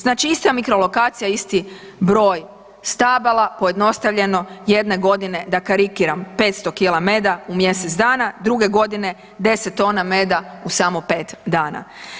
Znači ista mikrolokacija, isti broj stabala, pojednostavljeno jedne godine da karikiram 500 kg meda u mjesec dana, druge godine 10 tona meda u samo 5 dana.